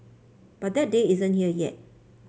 but that day isn't here yet